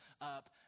up